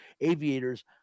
Aviators